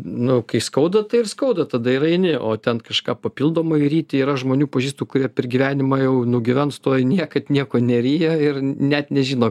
nu kai skauda tai ir skauda tada ir eini o ten kažką papildomai ryti yra žmonių pažįstu kurie per gyvenimą jau nugyvens tuoj niekad nieko neriję ir net nežino